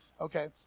okay